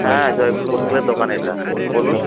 হ্যাঁ জয়গুরু বস্ত্রালয়ের দোকান এটা বলুন